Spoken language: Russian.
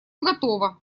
готово